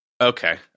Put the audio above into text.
Okay